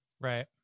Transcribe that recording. Right